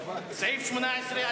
18,